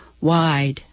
wide